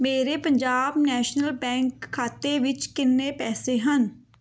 ਮੇਰੇ Punjab National Bank ਖਾਤੇ ਵਿੱਚ ਕਿੰਨੇ ਪੈਸੇ ਹਨ